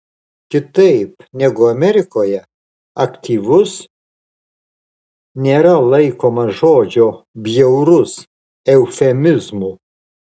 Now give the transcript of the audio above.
kitaip negu amerikoje aktyvus nėra laikomas žodžio bjaurus eufemizmu